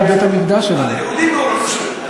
שם היה בית-המקדש שלנו.